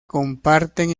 comparten